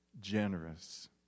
generous